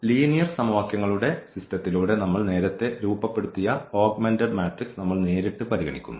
linear സമവാക്യങ്ങളുടെ സിസ്റ്റത്തിലൂടെ നമ്മൾ നേരത്തെ രൂപപ്പെടുത്തിയ ഓഗ്മെന്റഡ് മാട്രിക്സ് നമ്മൾ നേരിട്ട് പരിഗണിക്കുന്നു